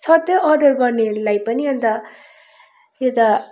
सधैँ अर्डर गर्नेलाई पनि अन्त यो त